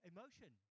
Emotion